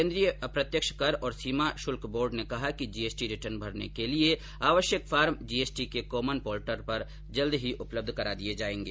केन्द्रीय अप्रत्यक्ष कर और सीमा शुल्क बोर्ड ने कहा है कि जीएसटी रिटर्न भरने के लिए आवश्यक फार्म जीएसटी के कॉमन पॉर्टल पर जल्दी ही उपलब्ध करा दिए जाएंगे